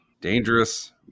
dangerous